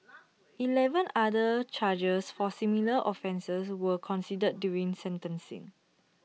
Eleven other charges for similar offences were considered during sentencing